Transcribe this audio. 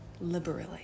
liberally